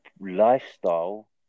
lifestyle